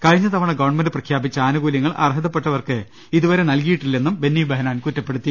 കഴിഞ്ഞ തവണ ഗവൺമെന്റ് പ്രഖ്യാപിച്ച ആനുകൂല്യങ്ങൾ അർഹതപ്പെട്ടവർക്ക് ഇതുവരെ നൽകിയിട്ടില്ലെന്നും ബെന്നിബെഹനാൻ കുറ്റപ്പെടുത്തി